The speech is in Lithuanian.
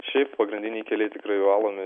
šiaip pagrindiniai keliai tikrai valomi